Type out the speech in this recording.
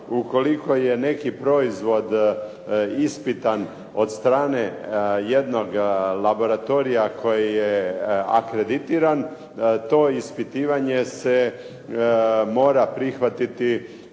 ukoliko je neki proizvod ispitan od strane jednog laboratorija koji je akreditiran, to ispitivanje se mora prihvatiti